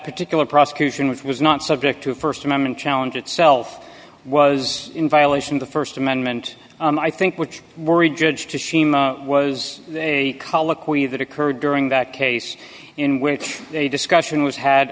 particular prosecution which was not subject to a st amendment challenge itself was in violation of the st amendment i think which worried judge to seem was a colloquy that occurred during that case in which a discussion was had